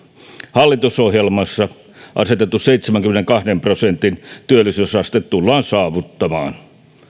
hallitusohjelmassa asetettu seitsemänkymmenenkahden prosentin työllisyysaste tullaan saavuttamaan